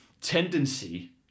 tendency